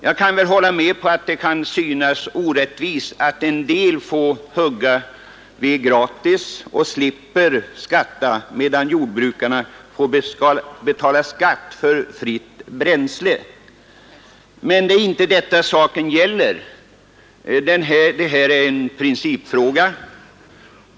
Jag kan väl hålla med om att det kan synas orättvist att en del får hugga ved gratis och slipper skatta, medan jordbrukarna skall betala skatt för fritt bränsle. Men det är inte detta som saken gäller. Det här är en principfråga.